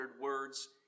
words